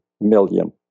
million